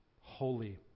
holy